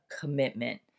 commitment